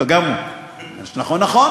גם הוא לא מתייחס לאותה, מה שנכון נכון.